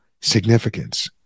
significance